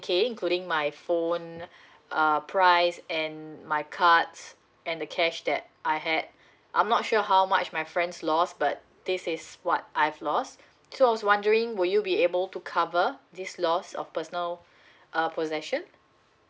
K including my phone uh price and my cards and the cash that I had I'm not sure how much my friends' lost but this is what I've lost so I was wondering would you be able to cover this loss of personal err possession